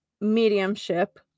mediumship